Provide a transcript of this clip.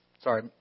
Sorry